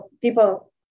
people